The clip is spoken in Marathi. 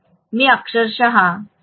मी अक्षरशः 0 एमएमएफ ने हे घेतले पाहिजे